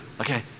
okay